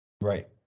Right